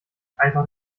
einfach